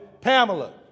Pamela